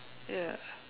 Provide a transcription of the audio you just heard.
ya